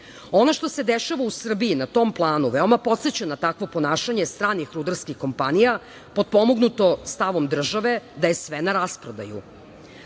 Ono što se dešava u Srbiji na tom planu veoma podseća na takvo ponašanje stranih rudarskih kompanija, potpomognuto stavom države da je sve na rasprodaju.